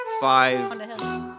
five